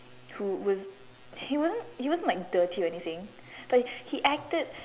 who would he wasn't he wasn't dirty or anything but he he acted